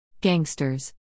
Gangsters